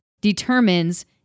determines